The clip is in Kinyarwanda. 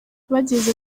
bageze